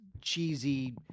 cheesy